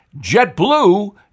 JetBlue